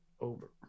over